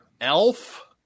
Elf